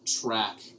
track